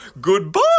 Goodbye